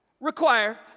require